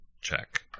check